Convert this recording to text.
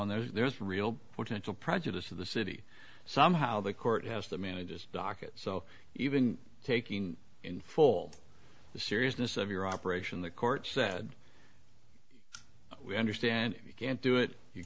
on there's a real potential prejudice of the city somehow the court has that manages docket so even taking in full the seriousness of your operation the court said we understand you can't do it you